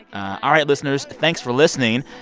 all right. listeners, thanks for listening.